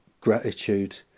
gratitude